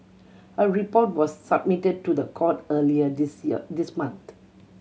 her report was submitted to the court earlier this year this month